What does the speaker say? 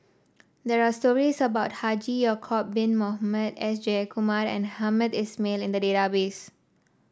there are stories about Haji Ya'acob Bin Mohamed S Jayakumar and Hamed Ismail in the database